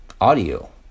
audio